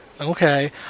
okay